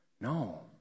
No